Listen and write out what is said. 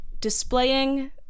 displaying